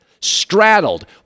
straddled